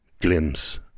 glimpse